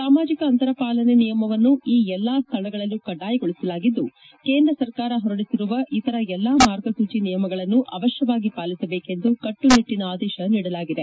ಸಾಮಾಜಿಕ ಅಂತರ ಪಾಲನೆ ನಿಯಮವನ್ನು ಈ ಎಲ್ಲಾ ಸ್ಥಳಗಳಲ್ಲೂ ಕಡ್ಡಾಯಗೊಳಿಸಲಾಗಿದ್ದು ಕೇಂದ್ರ ಸರ್ಕಾರ ಹೊರಡಿಸಿರುವ ಇತರ ಎಲ್ಲಾ ಮಾರ್ಗಸೂಚಿ ನಿಯಮಗಳನ್ನು ಅವಶ್ಲವಾಗಿ ಪಾಲಿಸಬೇಕು ಎಂದು ಕಟ್ಪುನಿಟ್ಟನ ಆದೇಶ ನೀಡಲಾಗಿದೆ